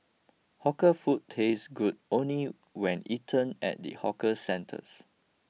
hawker food tastes good only when eaten at the hawker centres